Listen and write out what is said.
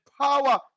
power